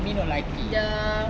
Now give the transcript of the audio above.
me no likey